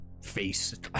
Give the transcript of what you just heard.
face